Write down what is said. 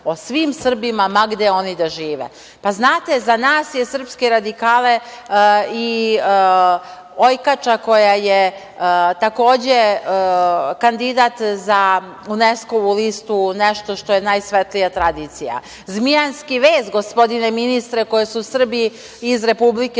o svim Srbima, ma gde oni da žive. Znate, za nas srpske radikale je i Ojkača, koja je takođe kandidat za Uneskovu listu, nešto što je najsvetlija tradicija. Zmijanjski vez, gospodine ministre, koji su Srbi iz Republike